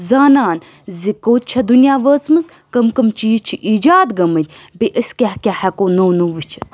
زانان زِ کوٚت چھےٚ دُنیا وٲژمٕژ کٕم کٕم چیٖز چھِ اِیٖجاد گٲمٕتۍ بیٚیہِ أسۍ کیٛاہ کیٛاہ ہیٚکو نوٚو نوٚو وُچھِتھ